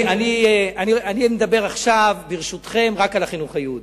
אני מדבר עכשיו, ברשותכם, רק על החינוך היהודי.